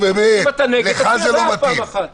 אם אתה נגד, תצביע פעם אחת בעד.